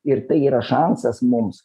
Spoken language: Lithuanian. ir tai yra šansas mums